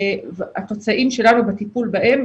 התוצאים שלנו בטיפול בהם,